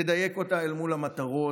לדייק אותה אל מול המטרות,